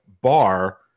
bar